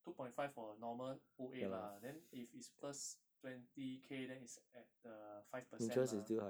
two point five for a normal O_A lah then if it's first twenty K then it's at the five percent mah